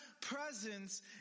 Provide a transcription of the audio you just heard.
presence